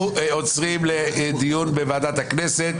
אנחנו עוצרים לצורך דיון בוועדת הכנסת,